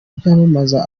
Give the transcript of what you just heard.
byamamaza